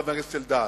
חבר הכנסת אלדד,